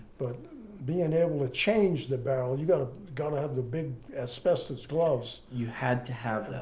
but being able to change the barrel, you gotta gotta have the big asbestos gloves. you had to have those.